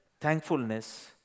thankfulness